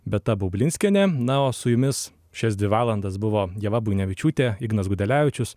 beata baublinskienė na o su jumis šias dvi valandas buvo ieva buinevičiūtė ignas gudelevičius